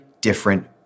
different